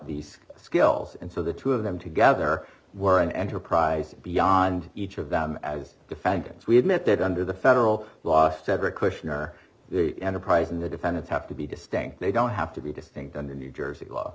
these skills and so the two of them together were in enterprises beyond each of them as defendants we admit that under the federal law cedric cushion or the enterprise in the defendants have to be distinct they don't have to be distinct under new jersey law